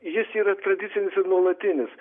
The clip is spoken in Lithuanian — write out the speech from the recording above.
jis yra tradicinis ir nuolatinis